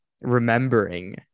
remembering